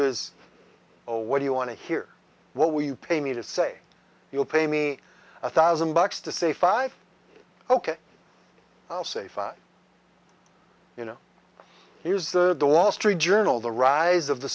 a what do you want to hear what we pay me to say you'll pay me a thousand bucks to say five ok i'll say five you know here's the the wall street journal the rise of the